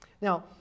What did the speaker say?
Now